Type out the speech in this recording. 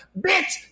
Bitch